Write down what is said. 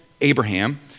Abraham